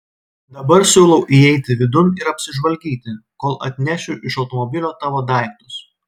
dabar siūlau įeiti vidun ir apsižvalgyti kol atnešiu iš automobilio tavo daiktus